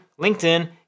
LinkedIn